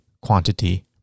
quantity